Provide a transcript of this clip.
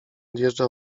odjeżdża